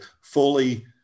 fully